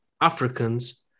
africans